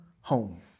home